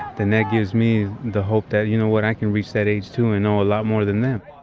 then that gives me the hope that, you know what? i can reach that age too and know a lot more than them.